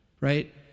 right